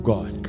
God